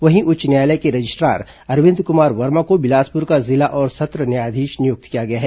वहीं उच्च न्यायालय के रजिस्ट्रार अरविंद कुमार वर्मा को बिलासपुर का जिला और सत्र न्यायाधीश नियुक्त किया गया है